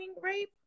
rape